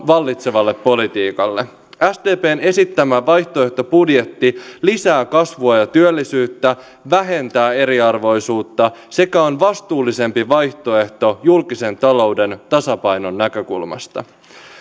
vallitsevalle politiikalle sdpn esittämä vaihtoehtobudjetti lisää kasvua ja työllisyyttä vähentää eriarvoisuutta sekä on vastuullisempi vaihtoehto julkisen talouden tasapainon näkökulmasta